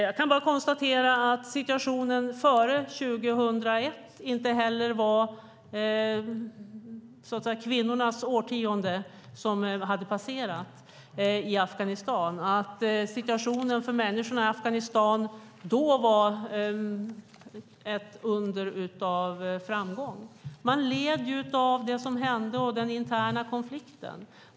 Jag kan bara konstatera att det före 2001 inte heller var kvinnornas årtionde som hade passerat i Afghanistan, att situationen för människorna i Afghanistan då var ett under av framgång. Man led ju av det som hände och den interna konflikten.